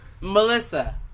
Melissa